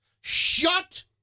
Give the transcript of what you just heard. Shut